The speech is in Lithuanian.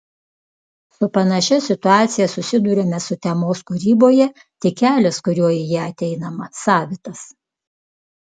su panašia situacija susiduriame sutemos kūryboje tik kelias kuriuo į ją ateinama savitas